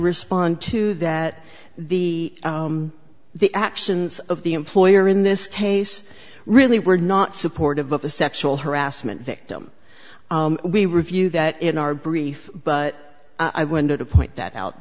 respond to that the the actions of the employer in this case really were not supportive of a sexual harassment victim we review that in our brief but i wonder the point that out